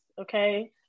okay